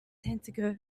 santiago